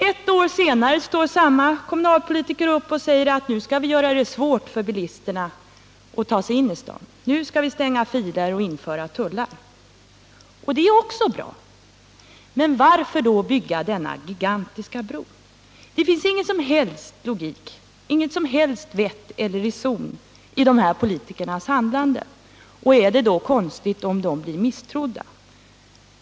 Ett år senare står samma kommunalpolitiker upp och säger: Nu skall vi göra det svårt för bilisterna att ta sig in i staden — nu skall vi stänga filer och införa tullar. Och det är också bra. Men varför då bygga denna gigantiska bro? Det 76 finns ingen som helst logik, inget som helst vett eller reson i dessa politikers handlande. Är det då konstigt om de blir misstrodda?